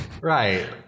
right